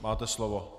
Máte slovo.